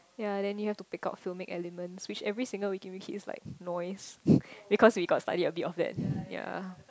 ya then you have to pick up few mid elements which every single we give in he is like noise because we got study a bit of that